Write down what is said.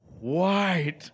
white